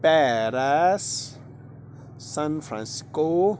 Paris San Francisco